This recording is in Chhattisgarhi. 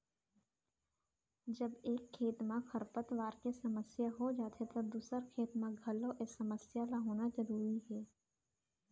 जब एक खेत म खरपतवार के समस्या हो जाथे त दूसर खेत म घलौ ए समस्या ल होना जरूरी हे